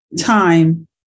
time